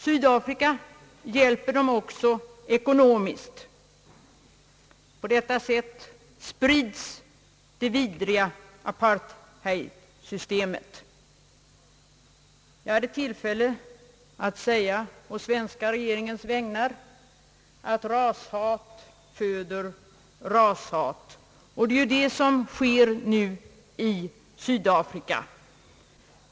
Sydafrika hjälper den illegala regeringen även ekonomiskt. På detta sätt sprids det vidriga apartheid-systemet. Jag hade tillfälle att på svenska regeringens vägnar bl.a. säga att rashat föder rashat. Det är det som nu sker i Sydafrika.